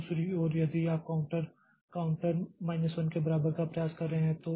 दूसरी ओर यदि आप काउंटर काउंटर माइनस 1 के बराबर का प्रयास कर रहे हैं तो